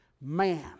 man